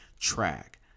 track